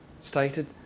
stated